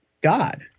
God